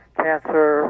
cancer